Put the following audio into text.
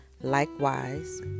Likewise